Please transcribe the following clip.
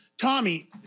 Tommy